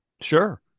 Sure